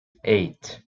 eight